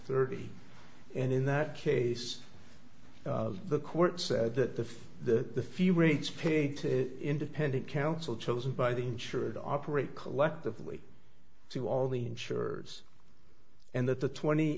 thirty and in that case the court said that the few rates paid to independent counsel chosen by the insured operate collectively to all the insurers and that the twenty